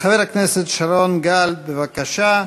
חבר הכנסת שרון גל, בבקשה.